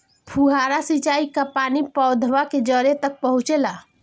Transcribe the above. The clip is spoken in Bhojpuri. फुहारा सिंचाई का पानी पौधवा के जड़े तक पहुचे ला?